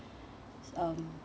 um